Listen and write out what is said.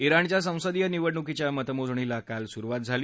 इराणच्या संसदीय निवडणुकीच्या मतमोजणीला काल सुरुवात झाली